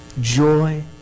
joy